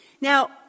Now